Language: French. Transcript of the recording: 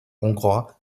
hongrois